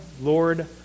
Lord